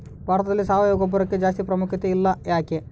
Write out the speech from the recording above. ಭಾರತದಲ್ಲಿ ಸಾವಯವ ಗೊಬ್ಬರಕ್ಕೆ ಜಾಸ್ತಿ ಪ್ರಾಮುಖ್ಯತೆ ಇಲ್ಲ ಯಾಕೆ?